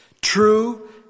True